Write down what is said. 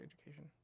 education